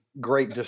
great